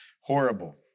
Horrible